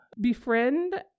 befriend